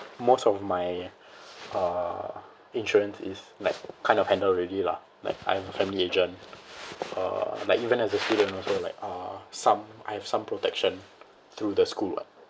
most of my uh insurance is like kind of handle already lah like I have a family agent uh like even as a student also like uh some I have some protection through the school lah